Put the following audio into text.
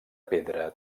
pedra